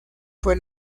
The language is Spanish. fue